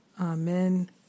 Amen